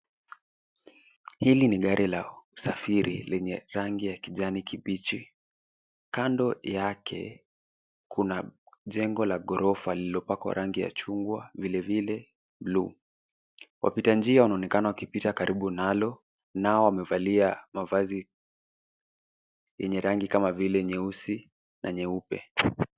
Hili ni gari la usafiri lenye rangi ya kijani kibichi. Kando yake kuna jengo la ghorofa lililopakwa rangi ya chungwa vilevile blue . Wapita njia wanaonekana wakipita karibu nalo nao wamevalia mavazi yenye rangi kama vile nyeusi na nyeupe.